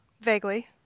Vaguely